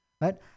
right